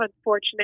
unfortunate